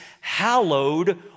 hallowed